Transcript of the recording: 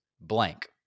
blank